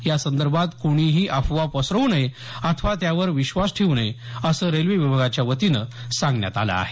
यासंदर्भात कोणीही अफवा पसरवू नये अथवा त्यावर विश्वास ठेवू नये असं रेल्वे विभागाच्या वतीनं सांगण्यात आलं आहे